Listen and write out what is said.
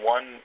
One